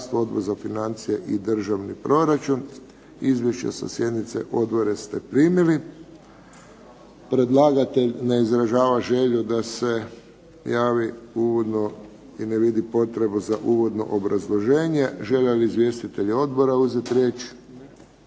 odbora uzeti riječ?